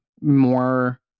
more